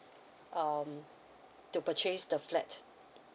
um to purchase the flat